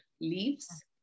leaves